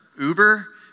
Uber